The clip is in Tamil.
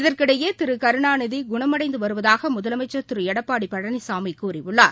இதற்கிடையேதிருகருணாநிதிகுணமடைந்துவருவதாகமுதலமைச்சர் திருஎடப்பாடிபழனிசாமிகூறியுள்ளார்